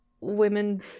women